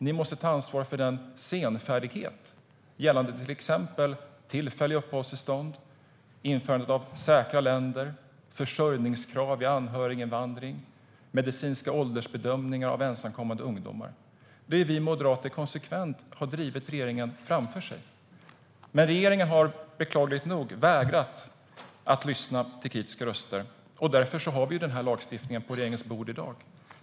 Ni måste ta ansvar för den senfärdighet gällande till exempel tillfälliga uppehållstillstånd, införandet av säkra länder, försörjningskrav vid anhöriginvandring och medicinska åldersbedömningar av ensamkommande ungdomar. Där har vi moderater konsekvent drivit regeringen framför oss. Men regeringen har beklagligt nog vägrat lyssna på kritiska röster, och därför har vi denna lagstiftning på riksdagens bord i dag.